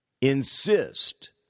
insist